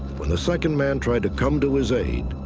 when the second man tried to come to his aide,